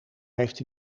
heeft